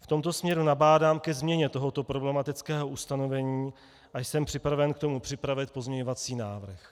V tomto směru nabádám ke změně tohoto problematického ustanovení a jsem připraven k tomu připravit pozměňovací návrh.